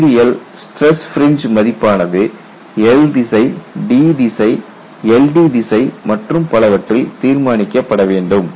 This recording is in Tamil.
மெட்டீரியல் ஸ்டிரஸ் பிரின்ஜ் மதிப்பானது L திசை D திசை LD திசை மற்றும் பலவற்றில் தீர்மானிக்கப்பட வேண்டும்